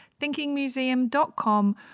thinkingmuseum.com